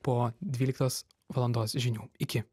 po dvyliktos valandos žinių iki